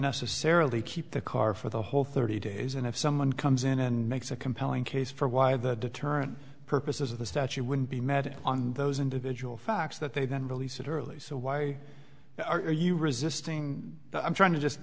necessarily keep the car for the whole thirty days and if someone comes in and makes a compelling case for why the deterrent purposes of the statue wouldn't be mad on those individual facts that they then release it early so why are you resisting the i'm trying to just